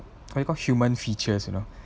what you call human features you know